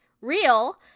real